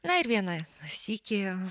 na ir vieną sykį